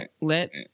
let